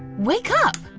wake up!